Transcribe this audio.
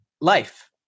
life